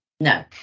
No